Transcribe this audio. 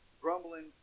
Grumbling